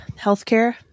healthcare